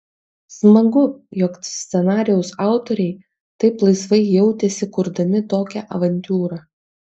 smagu jog scenarijaus autoriai taip laisvai jautėsi kurdami tokią avantiūrą